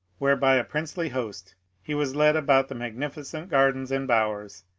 where by a princely host he was led about the magnificent gardens and bowers,